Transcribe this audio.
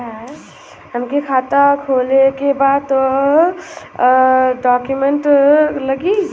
हमके खाता खोले के बा का डॉक्यूमेंट लगी?